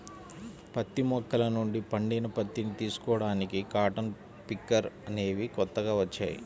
పత్తి మొక్కల నుండి పండిన పత్తిని తీసుకోడానికి కాటన్ పికర్ అనేవి కొత్తగా వచ్చాయి